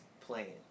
playing